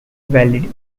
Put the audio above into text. valid